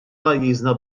pajjiżna